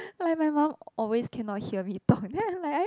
like my mum always cannot hear me talk then I like